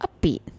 upbeat